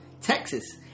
Texas